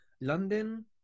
London